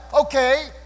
Okay